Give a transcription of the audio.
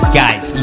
guys